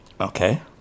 okay